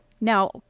Now